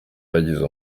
yagize